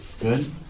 Good